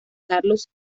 carlos